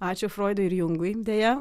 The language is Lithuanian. ačiū froidui ir jungui deja